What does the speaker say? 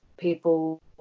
people